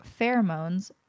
pheromones